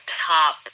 top